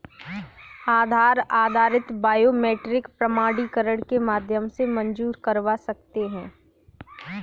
आधार आधारित बायोमेट्रिक प्रमाणीकरण के माध्यम से मंज़ूर करवा सकते हैं